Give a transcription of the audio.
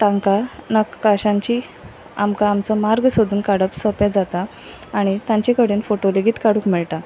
तांकां नकाशांची आमकां आमचो मार्ग सोदून काडप सोपें जाता आनी तांचे कडेन फोटो लेगीत काडूंक मेळटा